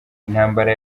intambara